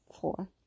four